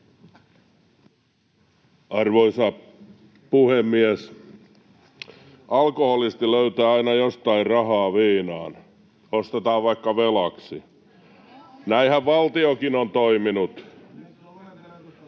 Arvoisa puhemies! Alkoholisti löytää aina jostain rahaa viinaan, ostetaan vaikka velaksi. Näinhän valtiokin on toiminut.